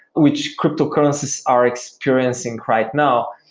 which cryptocurrencies are experiencing right now.